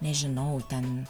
nežinau ten